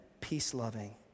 peace-loving